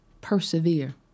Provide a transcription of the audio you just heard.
persevere